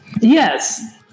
Yes